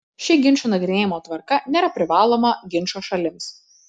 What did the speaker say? ši ginčų nagrinėjimo tvarka nėra privaloma ginčo šalims